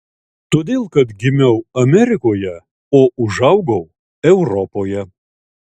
todėl kad gimiau amerikoje o užaugau europoje